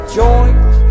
joint